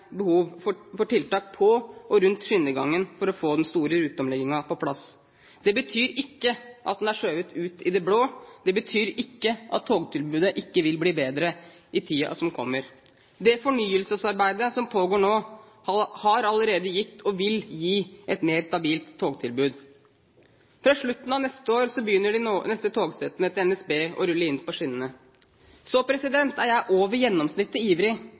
tiltak på og rundt skinnegangen for å få den store ruteomleggingen på plass. Det betyr ikke at den er skjøvet ut i det blå, det betyr ikke at togtilbudet ikke vil bli bedre i tiden som kommer. Det fornyelsesarbeidet som pågår nå, har allerede gitt og vil gi et mer stabilt togtilbud. Fra slutten av neste år begynner de nye togsettene til NSB å rulle inn på skinnene. Så er jeg over gjennomsnittet ivrig